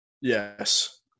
Yes